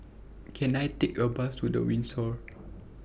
Can I Take A Bus to The Windsor